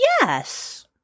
Yes